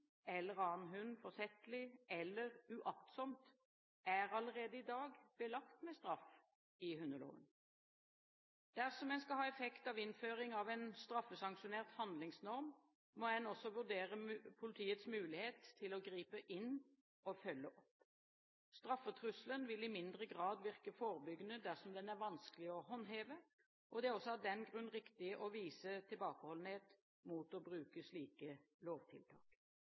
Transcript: eller uaktsomt er allerede i dag belagt med straff i hundeloven. Dersom en skal ha effekt av innføring av en straffesanksjonert handlingsnorm, må en også vurdere politiets mulighet til å gripe inn og følge opp. Straffetrusselen vil i mindre grad virke forebyggende dersom den er vanskelig å håndheve, og det er også av den grunn riktig å vise tilbakeholdenhet mot å bruke slike lovtiltak.